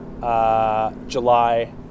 July